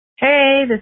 Hey